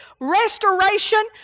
restoration